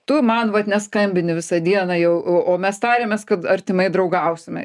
tu man vat neskambini visą dieną jau o mes tarėmės kad artimai draugausime